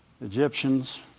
Egyptians